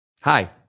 hi